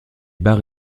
barres